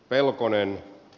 pelkonen